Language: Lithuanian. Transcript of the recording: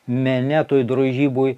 mene tų drožybų